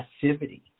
passivity